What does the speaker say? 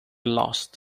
lost